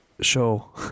show